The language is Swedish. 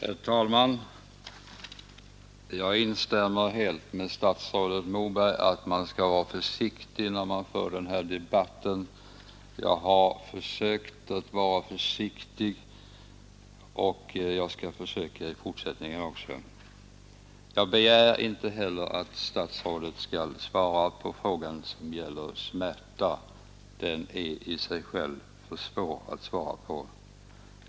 Herr talman! Jag instämmer helt med statsrådet Moberg i att man skall vara försiktig när man för den här debatten. Jag har försökt vara försiktig, och jag skall försöka vara det i fortsättningen också. Jag begär inte heller att statsrådet skall svara på frågan om smärta; den är i sig själv för svår att svara på.